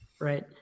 right